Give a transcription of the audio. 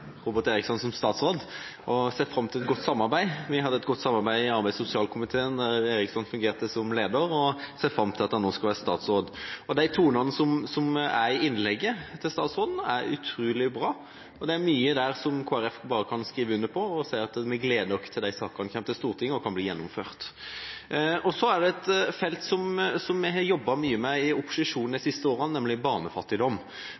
ser fram til et godt samarbeid. Vi hadde et godt samarbeid i arbeids- og sosialkomiteen, der Eriksson fungerte som leder, og jeg ser fram til at han nå skal være statsråd. De tonene som er i innlegget til statsråden, er utrolig bra. Det er mye der som Kristelig Folkeparti bare kan skrive under på, og vi gleder oss til de sakene kommer til Stortinget og kan bli gjennomført. Så er det ett felt som vi i opposisjonen har jobbet mye med de siste årene, nemlig barnefattigdom. Der varsler statsråden at han vil komme med en tiltakspakke. I